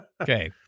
Okay